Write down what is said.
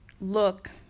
look